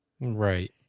Right